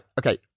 okay